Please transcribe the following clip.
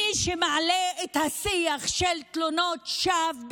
מי שמעלה את השיח של תלונות שווא,